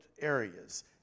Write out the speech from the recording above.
areas